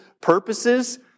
purposes